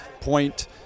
point